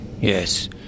Yes